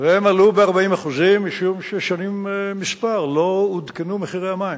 והם עלו ב-40% משום ששנים מספר לא עודכנו מחירי המים.